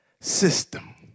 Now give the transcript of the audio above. system